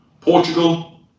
Portugal